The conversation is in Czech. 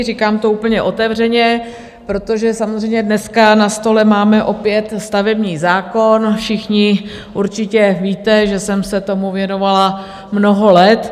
Říkám to úplně otevřeně, protože samozřejmě dneska na stole máme opět stavební zákon všichni určitě víte, že jsem se tomu věnovala mnoho let.